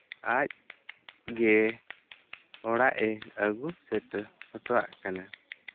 ᱟᱡ ᱜᱮ ᱚᱲᱟᱜᱼᱮ ᱟᱹᱜᱩ ᱥᱮᱴᱮᱨ ᱦᱚᱴᱚᱣᱟᱜ ᱠᱟᱱᱟ